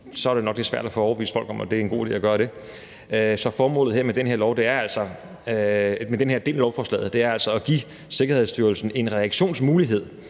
så er det nok lidt svært at få overbevist folk om, at det er en god idé at gøre det. Så formålet med den her del af lovforslaget er altså at give Sikkerhedsstyrelsen en reaktionsmulighed